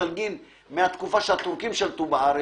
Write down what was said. אופטלגין מהתקופה שהטורקים שלטו בארץ,